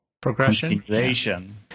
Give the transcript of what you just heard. Progression